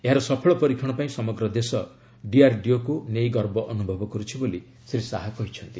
ଏହାର ସଫଳ ପରୀକ୍ଷଣ ପାଇଁ ସମଗ୍ର ଦେଶ ଡିଆର୍ଡିଓକୁ ନେଇ ଗର୍ବ ଅନୁଭବ କରୁଛି ବୋଲି ଶ୍ରୀ ଶାହା କହିଛନ୍ତି